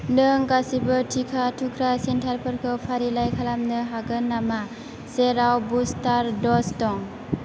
नों गासिबो टिका थुग्रा सेन्टारफोरखौ फारिलाइ खालामनो हागोन नामा जेराव बुस्टार द'ज दं